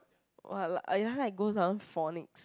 !wah! I I like go some phonics